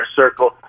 circle